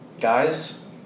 Guys